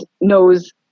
knows